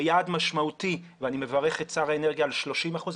זה יעד משמעותי ואני מברך את שר האנרגיה על 30 אחוזים,